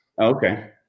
okay